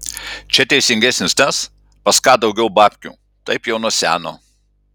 čia teisingesnis tas pas ką daugiau babkių taip jau nuo seno